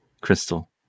crystal